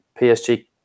PSG